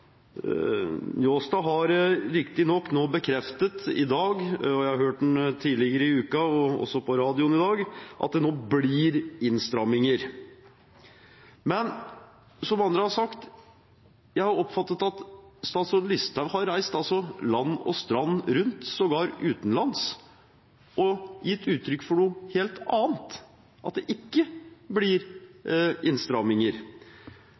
jeg har hørt ham tidligere i uka og også på radioen i dag – at det blir innstramminger. Men som andre har jeg oppfattet at statsråd Listhaug har reist land og strand rundt, sågar utenlands, og gitt uttrykk for noe helt annet, nemlig at det ikke blir innstramminger.